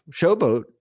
Showboat